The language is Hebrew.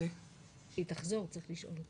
התוכנית היא תוכנית